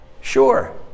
Sure